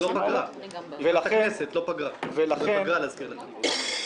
זאת פגרה, להזכיר לך.